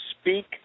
speak